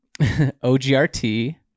OGRT